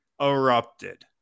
erupted